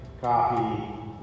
coffee